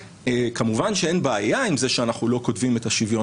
שכמובן שאין בעיה עם זה שאנחנו לא כותבים את השוויון